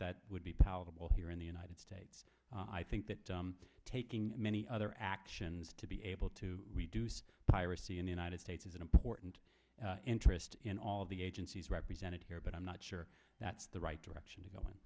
that would be palatable here in the united states i think that taking many other actions to be able to piracy in the united states is an important interest in all the agencies represented here but i'm not sure that's the right direction to go in